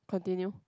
continue